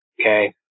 Okay